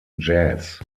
jazz